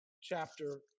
chapter